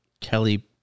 Kelly